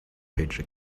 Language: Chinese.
配置